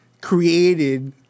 created